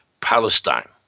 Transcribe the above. Palestine